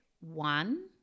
one